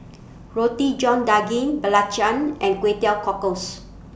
Roti John Daging Belacan and Kway Teow Cockles